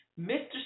Mr